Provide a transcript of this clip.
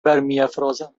برمیافرازم